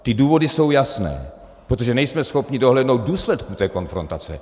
Ty důvody jsou jasné protože nejsme schopni dohlédnout důsledků té konfrontace.